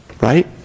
right